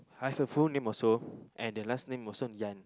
I have a full name also and the last name also Yan